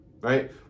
right